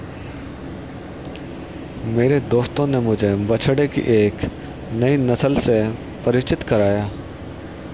मेरे दोस्त ने मुझे बछड़े की एक नई नस्ल से परिचित कराया